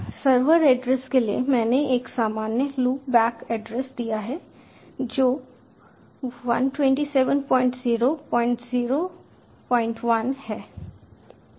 server address के लिए मैंने एक सामान्य लूपबैक एड्रेस दिया है जो 127001 है